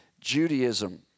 Judaism